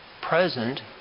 present